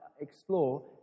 explore